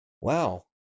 wow